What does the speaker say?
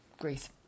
Greece